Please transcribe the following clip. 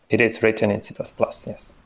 it is written in c plus plus. yes.